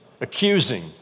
accusing